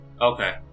Okay